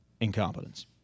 incompetence